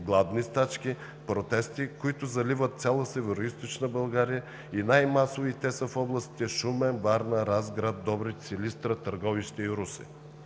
гладни стачки, протести, които заливат цяла Североизточна България, и най-масови те са в областите Шумен, Варна, Разград, Добрич, Силистра, Търговище и Русе.